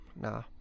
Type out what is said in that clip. Nah